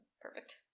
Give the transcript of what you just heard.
Perfect